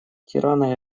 тирана